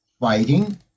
Fighting